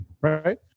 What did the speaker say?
right